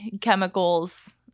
chemicals